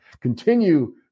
continue